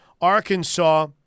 Arkansas